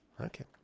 Okay